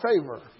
favor